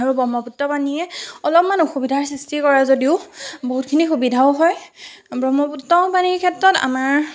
আৰু ব্ৰহ্মপুত্ৰৰ পানীয়ে অলপমান অসুবিধাৰ সৃষ্টি কৰে যদিও বহুতখিনি সুবিধাও হয় ব্ৰহ্মপুত্ৰৰ পানীৰ ক্ষেত্ৰত আমাৰ